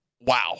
wow